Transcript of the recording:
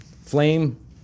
Flame